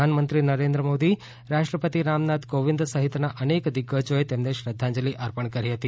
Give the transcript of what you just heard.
પ્રધાનમંત્રી નરેન્દ્ર મોદી રાષ્ટ્રપતિ રામનાથ કોવિંદ સહિતના અનેક દિઝાજોએ તેમને શ્રદ્ધાંજલિ અર્પણ કરી હતી